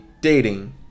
dating